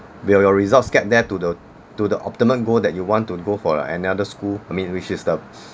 will your results get there to the to the optimum goal that you want to go for another school I mean which is the